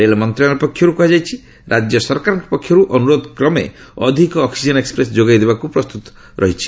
ରେଳ ମନ୍ତ୍ରଣାଳୟ ପକ୍ଷରୁ କୁହାଯାଇଛି ରାଜ୍ୟ ସରକାରଙ୍କ ପକ୍ଷରୁ ଅନୁରୋଧ କ୍ରମେ ଅଧିକ ଅକ୍ନିଜେନ୍ ଏକ୍ସପ୍ରେସ୍ ଯୋଗାଇ ଦେବାକୁ ପ୍ରସ୍ତୁତ ରହିଛି